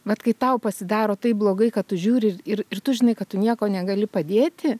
vat kai tau pasidaro taip blogai kad tu žiūri ir ir tu žinai kad tu nieko negali padėti